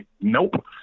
nope